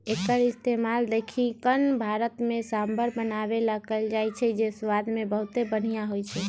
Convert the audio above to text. एक्कर इस्तेमाल दख्खिन भारत में सांभर बनावे ला कएल जाई छई जे स्वाद मे बहुते बनिहा होई छई